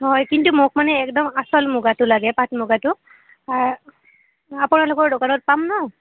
হয় কিন্তু মোক মানে একদম আচল মুগাটো লাগে পাটমুগাটো আৰু আপোনালোকৰ দোকানত পাম ন